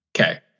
Okay